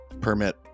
Permit